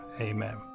Amen